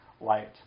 light